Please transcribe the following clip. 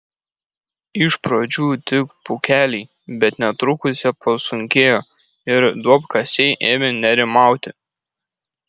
iš pradžių tik pūkeliai bet netrukus jie pasunkėjo ir duobkasiai ėmė nerimauti